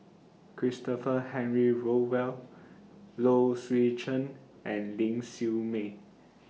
Christopher Henry Rothwell Low Swee Chen and Ling Siew May